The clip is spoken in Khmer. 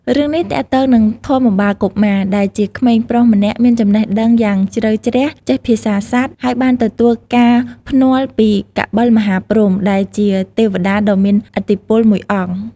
រឿងនេះទាក់ទងនឹង ធម្មបាលកុមារ ដែលជាក្មេងប្រុសម្នាក់មានចំណេះដឹងយ៉ាងជ្រៅជ្រះចេះភាសាសត្វ ហើយបានទទួលការភ្នាល់ពី កបិលមហាព្រហ្ម ដែលជាទេវតាដ៏មានឥទ្ធិពលមួយអង្គ។